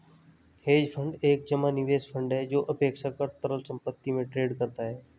hedge fund एक जमा निवेश फंड है जो अपेक्षाकृत तरल संपत्ति में ट्रेड करता है